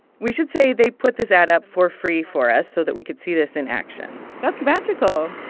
we should say they put this ad up for free for us so that we could see this in action that's magical.